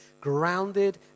grounded